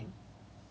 kena submit lagi ah